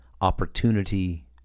opportunity